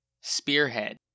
spearhead